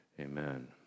Amen